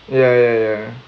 ya ya ya